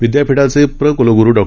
विद्यापीठाचे प्र क्लग्रू डॉ